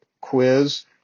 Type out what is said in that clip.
quiz